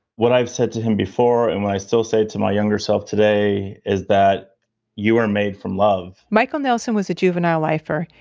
what i've said to him before and what i still say to my younger self today, is that you are made from love michael nelson was a juvenile lifer.